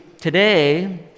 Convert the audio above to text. today